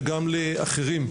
וגם לאחרים,